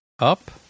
Up